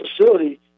facility